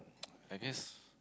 I guess